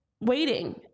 waiting